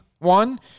One